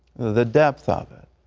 the depth of it,